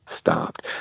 stopped